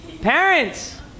Parents